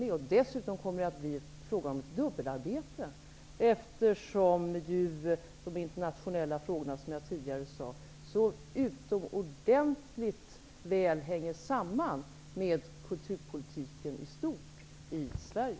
Det kommer dessutom att bli fråga om ett dubbelarbete, eftersom ju de internationella frågorna -- som jag tidigare sade -- så utomordentligt väl hänger samman med kulturpolitiken i stort i Sverige.